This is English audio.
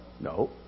No